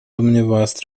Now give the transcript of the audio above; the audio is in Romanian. dvs